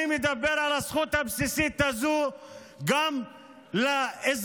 אני מדבר על הזכות הבסיסית הזו גם לאזרחים